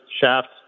shafts